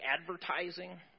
advertising